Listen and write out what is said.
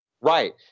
Right